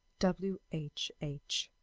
w. h. h.